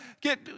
get